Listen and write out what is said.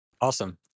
Awesome